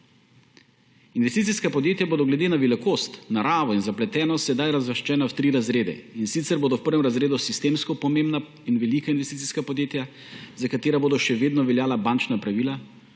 Investicijska podjetja bodo glede na velikost, naravo in zapletenost sedaj razvrščena v tri razrede, in sicer bodo v prvem razredu sistemsko pomembna in velika investicijska podjetja, za katera bodo še vedno veljala bančna pravila,